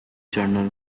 journal